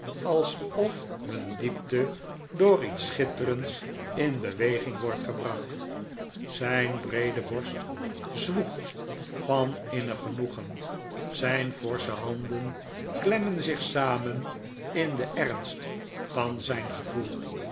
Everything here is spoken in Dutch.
alsof hun diepte door iets schitterends in beweging wordt gebracht zijn breede borst zwoegt van innig genoegen zijn forsche handen klemmen zich samen in den ernst van zijn gevoel